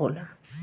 होला